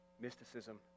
mysticism